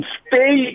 stay